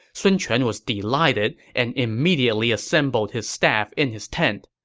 sun quan was delighted and immediately assembled his staff in his tent.